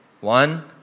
One